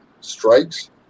strikes